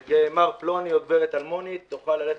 שמר פלוני או גברת אלמונית יוכלו ללכת